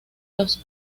los